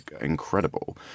incredible